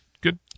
Good